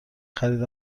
خرید